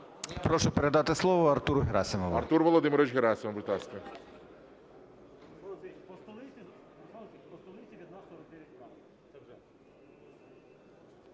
Прошу передати слово Артуру Герасимову.